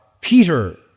Peter